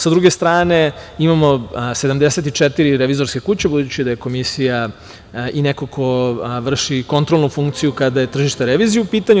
Sa druge strane, imamo 74 revizorske kuće, budući da je Komisija i neko ko vrši kontrolnu funkciju kada je tržište revizije u pitanju.